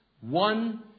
one